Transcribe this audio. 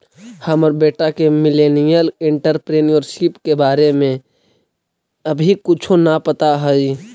हमर बेटा के मिलेनियल एंटेरप्रेन्योरशिप के बारे में अभी कुछो न पता हई